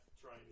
Trying